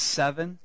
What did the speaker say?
seven